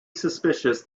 suspicious